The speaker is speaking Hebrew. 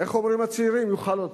איך אומרים הצעירים, יאכל אותה,